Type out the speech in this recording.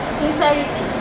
sincerity